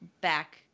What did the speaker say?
back